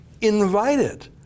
invited